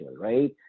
right